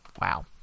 Wow